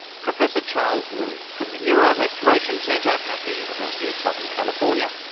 professor charles liu from the neurorestoration center at the university of southern california.